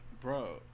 bro